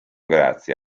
grazie